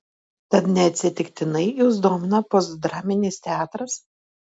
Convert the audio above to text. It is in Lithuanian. tad neatsitiktinai jus domina postdraminis teatras